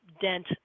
dent